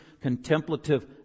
contemplative